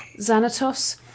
Xanatos